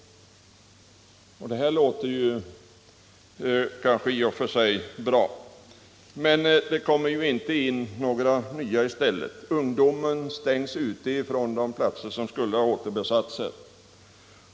Det låter kanske i och för sig bra, men det kommer ju inte in några nya i stället, ungdomen stängs ute från de platser som skulle ha återbesatts.